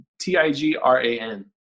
T-I-G-R-A-N